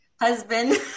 husband